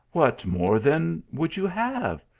what more, then, would you have?